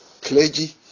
clergy